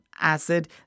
acid